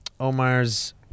Omar's